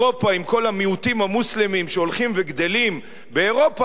עם כל המיעוטים המוסלמיים שהולכים וגדלים באירופה,